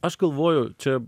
aš galvoju čia